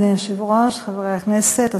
אין מתנגדים.